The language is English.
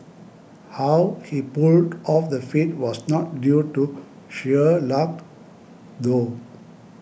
how he pulled off the feat was not due to sheer luck though